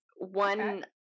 One